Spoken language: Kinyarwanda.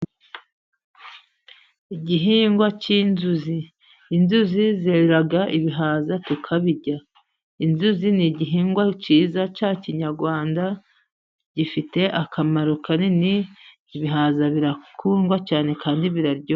Igihingwa cy'inzuzi. Inzuzi zera ibihaza tukabirya. Inzuzi ni igihingwa cyiza cya kinyarwanda, gifite akamaro kanini, ibihaza birakundwa cyane kandi biraryoha.